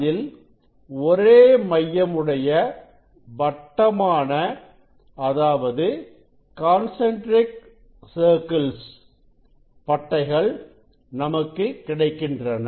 அதில் ஒரே மையம் உடைய வட்டமான பட்டைகள் நமக்கு கிடைக்கின்றன